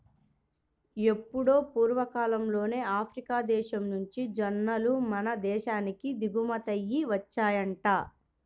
ఎప్పుడో పూర్వకాలంలోనే ఆఫ్రికా దేశం నుంచి జొన్నలు మన దేశానికి దిగుమతయ్యి వచ్చాయంట